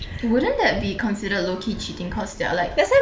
wouldn't that be considered low key cheating cause they are like